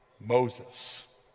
Moses